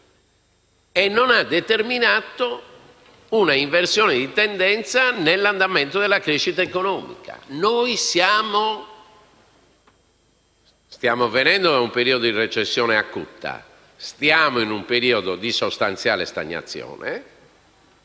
esagerato), né un'inversione di tendenza nell'andamento della crescita economica. Noi stiamo venendo da un periodo di recessione acuta, siamo in un periodo di sostanziale stagnazione,